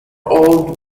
old